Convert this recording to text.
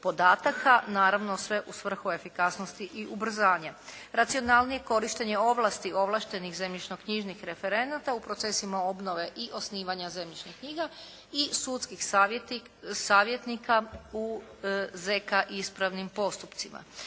podataka, naravno sve u svrhu efikasnosti i ubrzanje. Racionalnije korištenje ovlasti ovlaštenih zemljišnoknjižnih referenata u procesima obnove i osnivanja zemljišnih knjiga i sudskih savjetnika u ZK ispravnim postupcima.